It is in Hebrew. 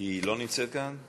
היא לא נמצאת כאן?